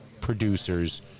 producers